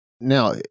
Now